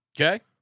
Okay